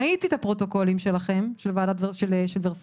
כי ראיתי את הפרוטוקולים שלכם לגבי ורסאי,